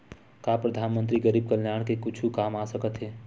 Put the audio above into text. का परधानमंतरी गरीब कल्याण के कुछु काम आ सकत हे